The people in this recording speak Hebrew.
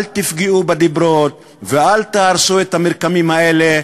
אל תפגעו בדיברות ואל תהרסו את המרקמים האלה.